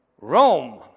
Rome